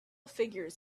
figures